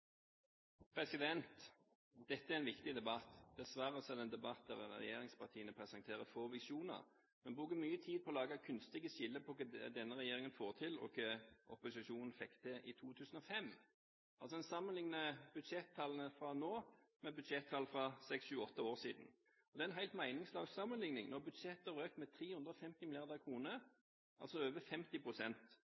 Dette er en viktig debatt. Dessverre er det en debatt der regjeringspartiene presenterer få visjoner, men bruker mye tid på å lage kunstige skiller mellom hva denne regjeringen får til, og hva opposisjonen fikk til i 2005. En sammenligner altså budsjettallene fra nå med budsjettall fra seks–sju–åtte år siden, og det er en helt meningsløs sammenligning når budsjettet røk med 350